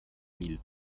mille